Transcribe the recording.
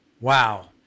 Wow